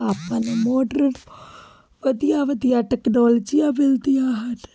ਆਪਾਂ ਨੂੰ ਮੋਟਰ ਵਧੀਆ ਵਧੀਆ ਟੈਕਨੋਲੋਜੀਆਂ ਮਿਲਦੀਆਂ ਹਨ